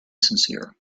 sincere